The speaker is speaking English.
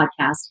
podcast